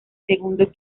segundo